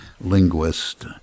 linguist